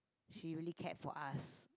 she really cared for us